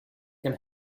can